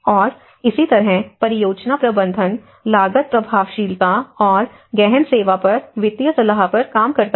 और इसी तरह परियोजना प्रबंधन लागत प्रभावशीलता और गहन सेवा पर वित्तीय सलाह पर काम करता है